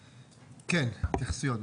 התייחסויות.